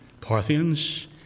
Parthians